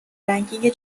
رنکینگ